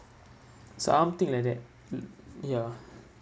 something like that mm ya